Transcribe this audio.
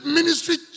ministry